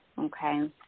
okay